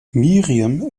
miriam